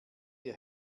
ihr